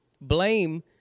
Blame